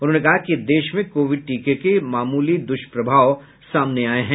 उन्होंने कहा कि देश में कोविड टीके के मामूली दुष्प्रभाव सामने आए हैं